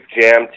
jammed